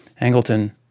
angleton